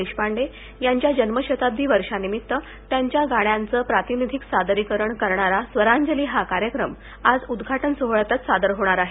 देशपांडे यांच्या जन्मशताब्दी वर्षानिमित्त त्यांच्या गाण्यांचं प्रातिनिधिक सादरीकरण करणारा स्वरांजली हा कार्यक्रम आज उद्दाटन सोहळ्यातच सादर होणार आहे